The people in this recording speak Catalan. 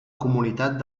comunitat